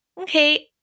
Okay